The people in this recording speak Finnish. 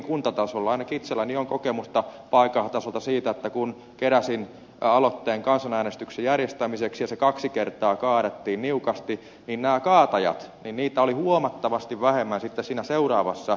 ainakin itselläni on kokemusta paikallistasolta siitä että kun keräsin aloitteen kansanäänestyksen järjestämiseksi ja se kaksi kertaa kaadettiin niukasti niin näitä kaatajia oli huomattavasti vähemmän sitten siinä seuraavassa kaupunginvaltuustossa